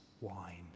wine